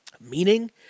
meaning